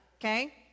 Okay